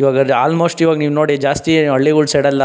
ಇವಾಗ ಅದು ಆಲ್ಮೋಸ್ಟ್ ಇವಾಗ ನೀವು ನೋಡಿ ಜಾಸ್ತಿ ಹಳ್ಳಿಗಳ ಸೈಡೆಲ್ಲ